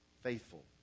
faithful